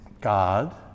God